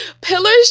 pillars